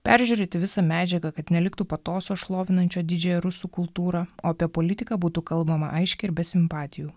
peržiūrėti visą medžiagą kad neliktų patoso šlovinančio didžiąją rusų kultūrą o apie politiką būtų kalbama aiškiai ir be simpatijų